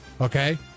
Okay